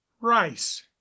rice